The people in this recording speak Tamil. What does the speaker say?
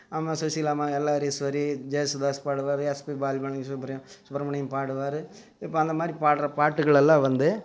அம்மா சுசீலா அம்மா எல்ஆர் ஈஸ்வரி ஜேசுதாஸ் பாடுவார் எஸ்பி பால்மணி சுப்ர சுப்ரமணியம் பாடுவார் இப்போ அந்த மாதிரிப் பாடுற பாட்டுகள் எல்லாம் வந்து